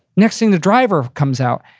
next thing the driver comes out.